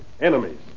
enemies